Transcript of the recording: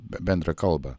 be bendrą kalbą